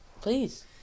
please